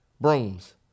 brooms